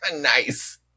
Nice